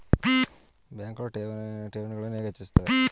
ಬ್ಯಾಂಕುಗಳು ಠೇವಣಿಗಳನ್ನು ಹೇಗೆ ಹೆಚ್ಚಿಸುತ್ತವೆ?